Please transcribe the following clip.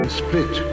split